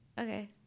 Okay